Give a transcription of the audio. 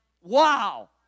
Wow